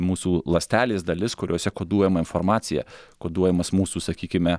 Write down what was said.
mūsų ląstelės dalis kuriose koduojama informacija koduojamas mūsų sakykime